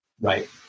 Right